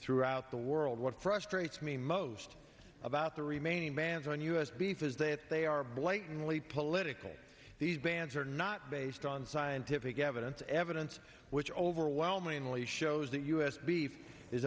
throughout the world what frustrates me most about the remaining bans on u s beef is that they are blatantly political these bans are not based on scientific evidence evidence which overwhelmingly shows that u s b